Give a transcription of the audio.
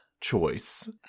choice